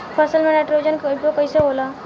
फसल में नाइट्रोजन के उपयोग कइसे होला?